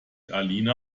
alina